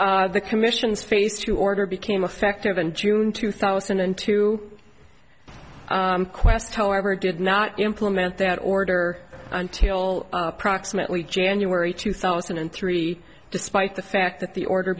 as the commissions face to order became effective in june two thousand and two qwest however did not implement that order until approximately january two thousand and three despite the fact that the order